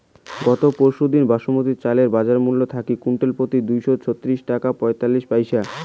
গত পরশুদিন বাসমতি চালের বাজারমূল্য থাইল কুইন্টালপ্রতি দুইশো ছত্রিশ টাকা পঁয়তাল্লিশ পইসা